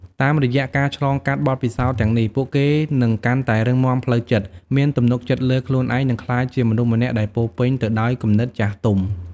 តាមរយៈការឆ្លងកាត់បទពិសោធន៍ទាំងនេះ ពួកគេនឹងកាន់តែរឹងមាំផ្លូវចិត្ត មានទំនុកចិត្តលើខ្លួនឯង និងក្លាយជាមនុស្សម្នាក់ដែលពោរពេញទៅដោយគំនិតចាស់ទុំ។